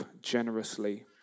generously